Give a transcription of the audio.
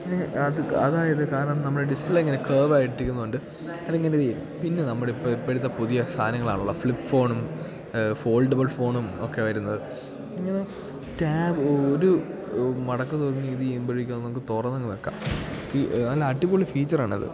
അത് അതായത് കാരണം നമ്മുടെ ഡിസ്പ്ലേ ഇങ്ങനെ കർവായിട്ടിരിക്കുന്നതു കൊണ്ട് അതിങ്ങനെ പിന്നെ നമ്മൾ ഇപ്പം ഇപ്പോഴത്തെ പുതിയ സാധനങ്ങളാണല്ലോ ഫ്ലിപ്പ് ഫോണും ഫോൾഡബിൾ ഫോണും ഒക്കെ വരുന്നത് ഇങ്ങനെ ടാബ് ഒരു മടക്ക് തുടങ്ങി ഇതു ചെയ്യുമ്പോഴേക്കും നമുക്ക് തുറന്നങ്ങ് വെക്കാം സീ നല്ല അടിപൊളി ഫീച്ചറാണത്